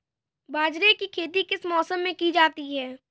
बाजरे की खेती किस मौसम में की जाती है?